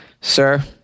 sir